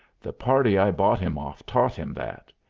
the party i bought him off taught him that.